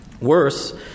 Worse